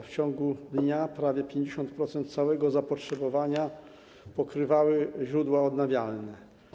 W ciągu dnia prawie 50% całego zapotrzebowania pokrywały źródła odnawialne.